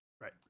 Right